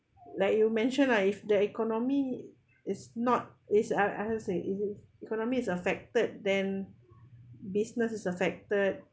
like you mentioned lah if the economy is not is I I how to say is economy is affected then business is affected